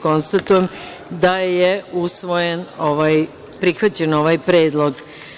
Konstatujem da je prihvaćen ovaj predlog.